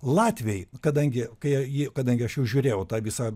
latviai kadangi kai jie kadangi aš jau žiūrėjau tą visą